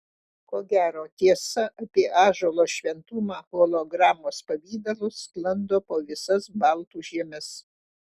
ko gero tiesa apie ąžuolo šventumą hologramos pavidalu sklando po visas baltų žemes